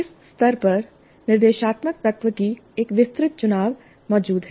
इस स्तर पर निर्देशात्मक तत्व की एक विस्तृत चुनाव मौजूद है